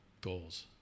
goals